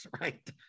Right